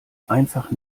einfach